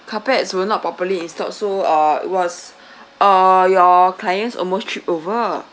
carpets were not properly installed so uh it was uh your clients almost tripped over